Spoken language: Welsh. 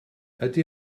ydy